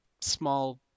small